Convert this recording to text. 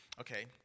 okay